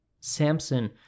Samson